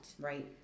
Right